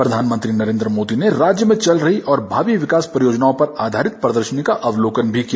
प्रधानमंत्री नरेंद्र मोदी ने राज्य में चल रही और भावी विकास परियोजनाओं पर आधारित प्रदर्शनी का अवलोकन भी किया